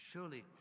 Surely